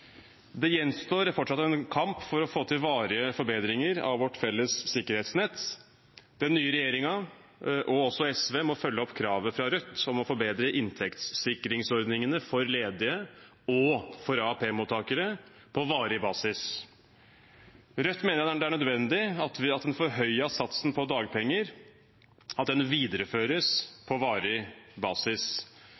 Det gjenstår fortsatt en kamp for å få til varige forbedringer av vårt felles sikkerhetsnett. Den nye regjeringen og SV må følge opp kravet fra Rødt om å forbedre inntektssikringsordningene for ledige og AAP-mottakere på varig basis. Rødt mener det er nødvendig at den forhøyede satsen på dagpenger